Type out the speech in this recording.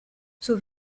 sus